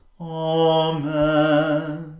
Amen